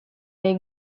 nei